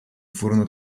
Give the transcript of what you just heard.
furono